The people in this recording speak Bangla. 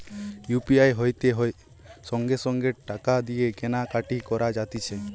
ইউ.পি.আই হইতে সঙ্গে সঙ্গে টাকা দিয়ে কেনা কাটি করা যাতিছে